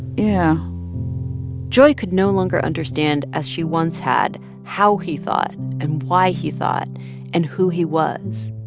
yeah joy could no longer understand as she once had how he thought and why he thought and who he was.